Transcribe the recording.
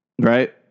right